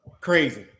crazy